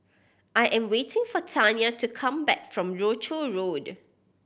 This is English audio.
I am waiting for Tanya to come back from Rochor Road